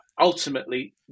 ultimately